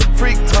freak